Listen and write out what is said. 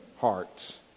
hearts